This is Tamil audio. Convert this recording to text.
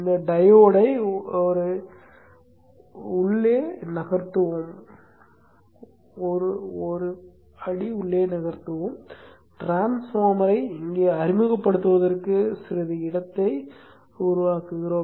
இந்த டையோடை ஒரு பிட் உள்ளே நகர்த்துவோம் டிரான்ஸ்பார்மரை இங்கே அறிமுகப்படுத்துவதற்கு சிறிது இடத்தை உருவாக்குவோம்